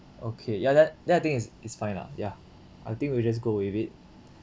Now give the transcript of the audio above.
okay ya then then I think it's it's fine lah ya I think we'll just go with it